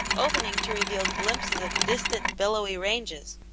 opening to reveal glimpses of distant billowy ranges,